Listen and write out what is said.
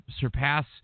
surpass